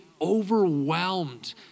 overwhelmed